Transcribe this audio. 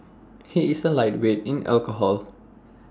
he is A lightweight in alcohol